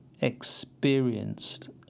experienced